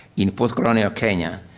in post colonial kenya,